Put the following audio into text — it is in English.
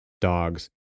dogs